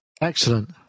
Excellent